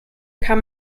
kann